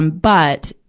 um but,